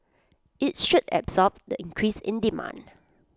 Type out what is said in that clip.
IT should absorb the increase in demand